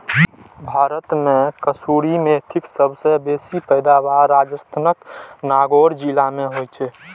भारत मे कसूरी मेथीक सबसं बेसी पैदावार राजस्थानक नागौर जिला मे होइ छै